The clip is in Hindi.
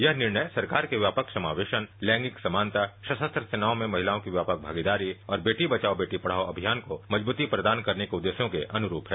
यह निर्णय सरकार के व्यापक समावेशन लौंगिक समानता सरास्त्र सेनाओं में महिलाओं की व्यापक भागीदारी और बेटी बचाओ बेटी प्रदाओ अमियान को मजबूती प्रदान के उदेश्यों के अनुरूप है